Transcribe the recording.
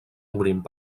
obrint